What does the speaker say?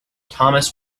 thomas